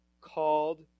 called